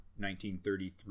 1933